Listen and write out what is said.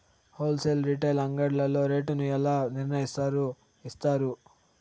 Whole sale retail అంగడ్లలో rate ను ఎలా నిర్ణయిస్తారు యిస్తారు?